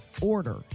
order